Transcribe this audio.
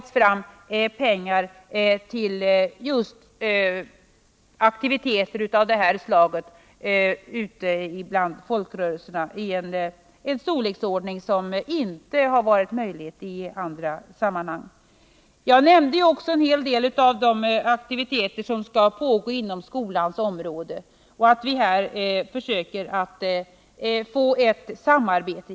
Till aktiviteter av detta slag ute bland folkrörelserna anslås stora summor. Jag nämnde också en hel del av de aktiviteter som skall pågå inom skolan och sade att vi här försöker få till stånd ett samarbete.